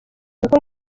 kuko